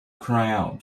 cry